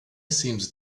seems